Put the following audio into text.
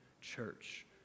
church